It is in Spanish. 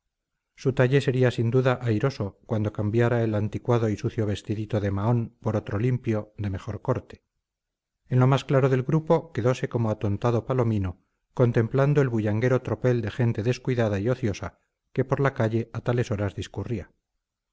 su talle sería sin duda airoso cuando cambiara el anticuado y sucio vestidito de mahón por otro limpio de mejor corte en lo más claro del grupo quedose como atontado palomino contemplando el bullanguero tropel de gente descuidada y ociosa que por la calle a tales horas discurría